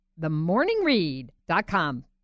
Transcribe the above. themorningread.com